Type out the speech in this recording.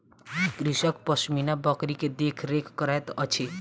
कृषक पश्मीना बकरी के देख रेख करैत अछि